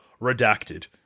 redacted